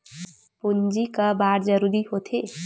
पूंजी का बार जरूरी हो थे?